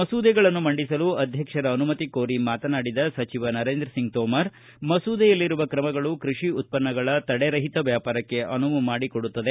ಮಸೂದೆಗಳನ್ನು ಮಂಡಿಸಲು ಅಧ್ಯಕ್ಷರ ಅನುಮತಿ ಕೋರಿ ಮಾತನಾಡಿದ ಸಚಿವ ನರೇಂದ್ರ ಸಿಂಗ್ ತೋಮರ್ ಮಸೂದೆಯಲ್ಲಿರುವ ಕ್ರಮಗಳು ಕೃಷಿ ಉತ್ಪನ್ನಗಳ ತಡೆರಹಿತ ವ್ಯಾಪಾರಕ್ಕೆ ಅನುವು ಮಾಡಿಕೊಡುತ್ತದೆ